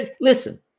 listen